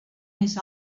més